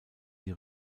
die